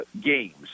games